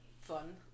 fun